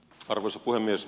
arvoisa puhemies